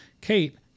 Kate